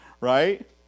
right